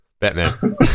Batman